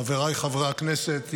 חבריי חברי הכנסת,